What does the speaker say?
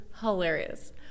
hilarious